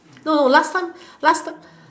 no no last time last time